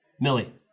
Millie